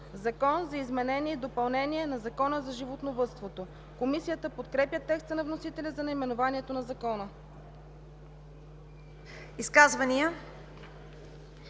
„Закон за изменение и допълнение на Закона за животновъдството“. Комисията подкрепя текста на вносителя за наименованието на Закона. ПРЕДСЕДАТЕЛ